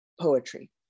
poetry